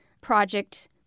project